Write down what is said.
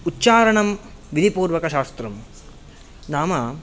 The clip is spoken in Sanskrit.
उच्चारणं विधिपूर्वकशास्त्रं नाम